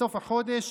בסוף החודש,